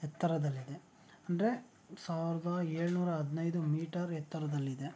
ಎತ್ತರದಲ್ಲಿದೆ ಅಂದರೆ ಸಾವಿರದ ಏಳುನೂರ ಹದಿನೈದು ಮೀಟರ್ ಎತ್ತರದಲ್ಲಿದೆ